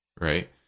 right